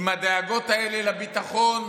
עם הדאגות האלה לביטחון,